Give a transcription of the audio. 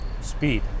Speed